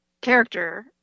character